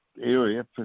area